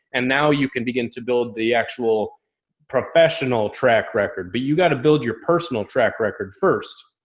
and now you can begin to build the actual professional track record, but you got to build your personal track record first.